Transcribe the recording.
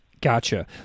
Gotcha